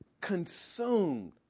consumed